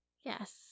Yes